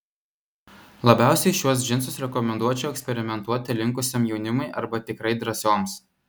labiausiai šiuos džinsus rekomenduočiau eksperimentuoti linkusiam jaunimui arba tikrai drąsioms